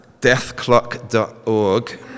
deathclock.org